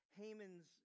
Haman's